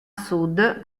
sud